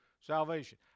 Salvation